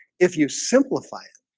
if you simplify it,